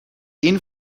این